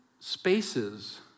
spaces